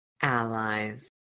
allies